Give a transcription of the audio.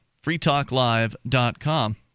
freetalklive.com